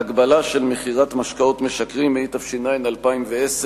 (הגבלה של מכירת משקאות משכרים), התש"ע 2010